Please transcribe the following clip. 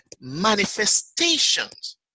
manifestations